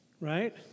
Right